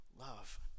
love